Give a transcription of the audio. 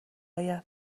اید